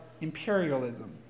imperialism